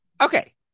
okay